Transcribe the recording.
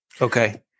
Okay